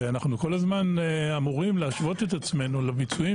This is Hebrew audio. אנחנו כל הזמן אמורים להשוות את עצמנו לביצועים